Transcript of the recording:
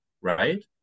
right